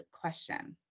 question